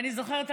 ואני זוכרת,